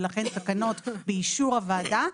ולכן התקנות באישור הוועדה,